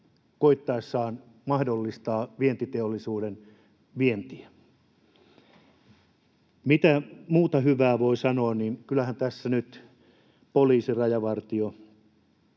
koettaessaan mahdollistaa vientiteollisuuden vientiä. Mitä muuta hyvää voi sanoa? Kyllähän tässä nyt poliisi, rajavartio,